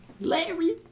Larry